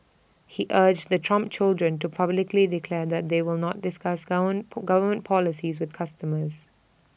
he urged the Trump children to publicly declare that they will not discuss govern government policy with customers